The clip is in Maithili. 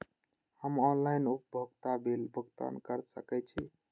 हम ऑनलाइन उपभोगता बिल भुगतान कर सकैछी?